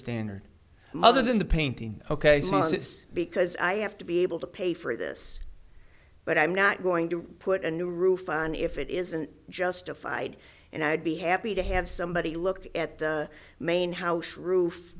standard other than the painting ok it's because i have to be able to pay for this but i'm not going to put a new roof on if it isn't justified and i'd be happy to have somebody look at the main house roof